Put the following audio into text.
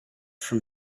from